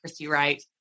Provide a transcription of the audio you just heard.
ChristyWright